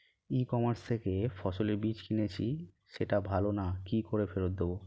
ই commerce থেকে ফসলের বীজ কিনেছি সেটা ভালো না কি করে ফেরত দেব?